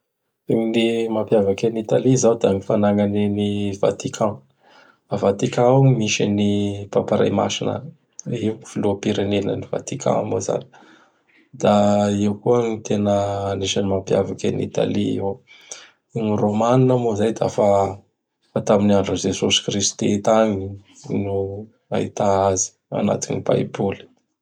Ny mampiavaky an'Italie zao da ny fanagnany an'i Vatican. A Vatican ao misy an'i Papa Ray Masina, io ny filoham-pirenenan'i Vatican moa zany. Da io koa gn tena anisan'ny mampiavaky an'Italy io. Gny Rômanina moa zay dafa fa tamin'ny andron'ny Jesôsy Kristy tagny gno gn'ahità azy agnatin'ny baiboly.